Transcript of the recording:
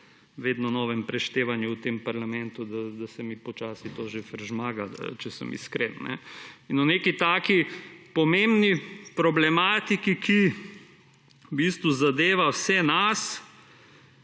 vedno novem preštevanju v tem parlamentu, da se mi počasi to že »fržmaga« če sem iskren. In v neki taki pomembni problematiki, ki v bistvu zadeva vse nas